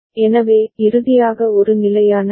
எனவே இறுதியாக ஒரு நிலையான ஐ